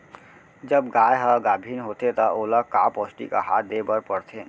जब गाय ह गाभिन होथे त ओला का पौष्टिक आहार दे बर पढ़थे?